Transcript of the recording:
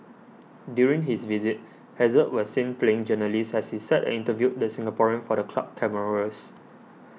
during his visit Hazard was seen playing journalist as he sat and interviewed the Singaporean for the club cameras